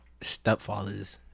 stepfathers